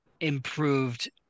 improved